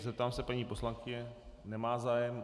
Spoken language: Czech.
Zeptám se paní poslankyně nemá zájem.